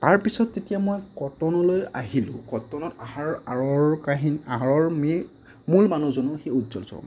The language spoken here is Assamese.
তাৰ পিছত যেতিয়া মই কটনলৈ আহিলোঁ কটনত অহাৰ আঁৰৰ কাহিনী আঁৰৰ মূল মানুহজনো সেই উজ্জ্বল শৰ্মাই